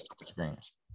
experience